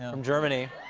from germany,